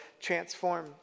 transform